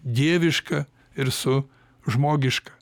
dieviška ir su žmogiška